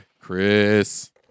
chris